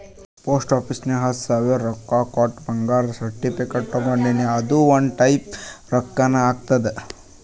post office ನಾಗ್ ಹತ್ತ ಸಾವಿರ ರೊಕ್ಕಾ ಕೊಟ್ಟು ಬಂಗಾರದ ಸರ್ಟಿಫಿಕೇಟ್ ತಗೊಂಡಿನಿ ಅದುನು ಒಂದ್ ಟೈಪ್ ರೊಕ್ಕಾನೆ ಆತ್ತುದ್